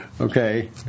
Okay